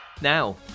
Now